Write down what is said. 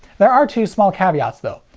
there are two small caveats, though.